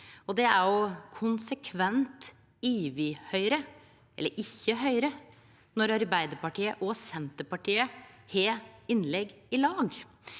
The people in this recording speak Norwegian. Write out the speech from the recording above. og det er konsekvent å overhøyre eller ikkje høyre når Arbeidarpartiet og Senterpartiet har innlegg i lag.